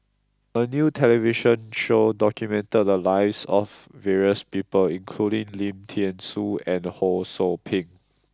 a new television show documented the lives of various people including Lim Thean Soo and Ho Sou Ping